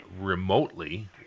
remotely